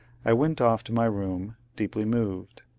i went off to my room, deeply moved.